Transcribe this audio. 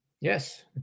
Yes